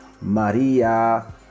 Maria